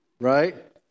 Right